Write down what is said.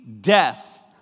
death